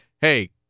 Hey